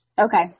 Okay